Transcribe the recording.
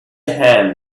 hand